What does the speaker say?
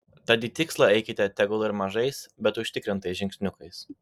tad į tikslą eikite tegul ir mažais bet užtikrintais žingsniukais